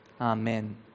amen